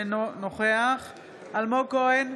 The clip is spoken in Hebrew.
אינו נוכח אלמוג כהן,